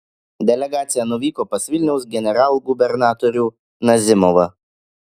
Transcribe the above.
delegacija nuvyko pas vilniaus generalgubernatorių nazimovą